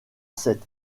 sept